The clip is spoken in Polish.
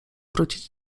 wrócić